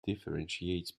differentiates